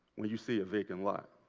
when you see a vacant lot?